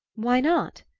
why not?